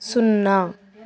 సున్నా